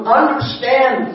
understand